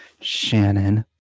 Shannon